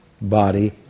body